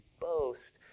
boast